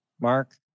Mark